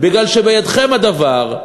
מכיוון שבידכם הדבר,